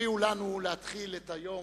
הפריעו לנו להתחיל את היום,